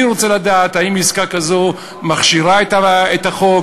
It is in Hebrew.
אני רוצה לדעת אם עסקה כזאת מכשירה את החוק,